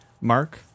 Mark